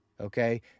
Okay